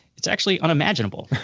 it's actually unimaginable.